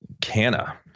Canna